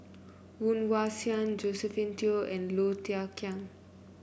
Woon Wah Siang Josephine Teo and Low Thia Khiang